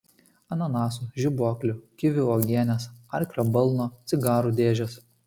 ananasų žibuoklių kivių uogienės arklio balno cigarų dėžės